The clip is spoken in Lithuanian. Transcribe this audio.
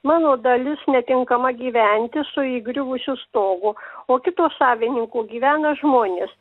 mano dalis netinkama gyventi su įgriuvusiu stogu o kito savininko gyvena žmonės